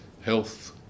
health